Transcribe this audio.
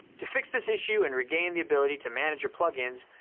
to fix this issue and regain the ability to manage your plugins,